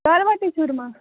दालबाटिचूर्मा